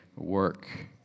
work